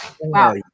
Wow